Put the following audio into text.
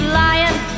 lying